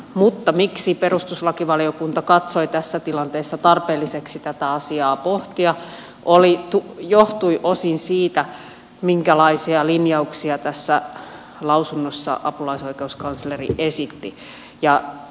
mutta se että perustuslakivaliokunta katsoi tässä tilanteessa tarpeelliseksi tätä asiaa pohtia johtui osin siitä minkälaisia linjauksia tässä lausunnossa apulaisoikeuskansleri esitti